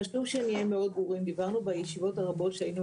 חשוב שנהיה מאוד ברורים: דיברנו בישיבות הרבות שהיינו